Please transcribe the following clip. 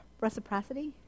Reciprocity